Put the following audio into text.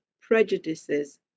prejudices